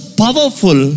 powerful